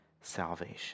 salvation